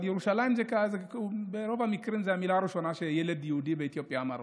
אבל "ירושלים" זו ברוב המקרים המילה הראשונה שילד יהודי באתיופיה אמר.